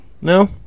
No